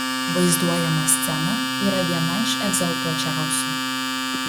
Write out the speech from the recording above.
vaizduojama scena yra viena iš egzaltuočiausių